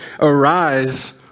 Arise